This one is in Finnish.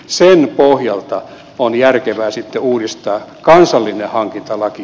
sen pohjalta on järkevää sitten uudistaa kansallinen hankintalaki